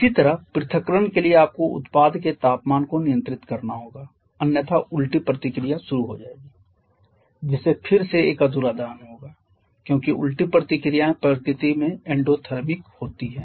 इसी तरह पृथक्करण के लिए आपको उत्पाद के तापमान को नियंत्रित करना होगा अन्यथा उल्टी प्रतिक्रिया शुरू हो जाएगी जिससे फिर से एक अधूरा दहन होगा क्योंकि उल्टी प्रतिक्रियाएं प्रकृति में एंडोथर्मिक होती हैं